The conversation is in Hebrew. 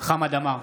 חמד עמאר,